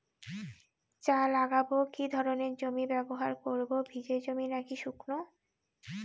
চা লাগাবো কি ধরনের জমি ব্যবহার করব ভিজে জমি নাকি শুকনো?